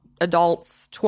adults